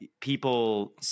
people